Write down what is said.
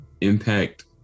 impact